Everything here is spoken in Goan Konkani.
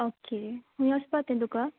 ओके खूंय वोचपा तें तुका